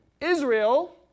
Israel